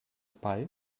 bei